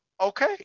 okay